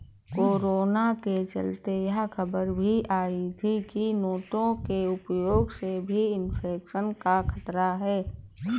corona के चलते यह खबर भी आई थी की नोटों के उपयोग से भी इन्फेक्शन का खतरा है सकता है